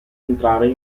entrare